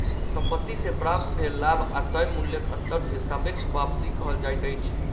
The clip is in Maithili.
संपत्ति से प्राप्त भेल लाभ आ तय मूल्यक अंतर के सापेक्ष वापसी कहल जाइत अछि